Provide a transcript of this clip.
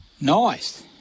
Nice